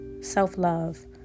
self-love